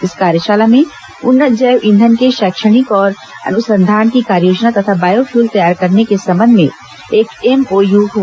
इस कार्यशाला में उन्नत जैव ईंधन के अनुसंधान की कार्ययोजना तथा बायोफ्यूल तैयार करने के संबंध में एक एमओयू हुआ